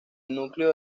núcleo